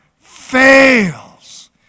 fails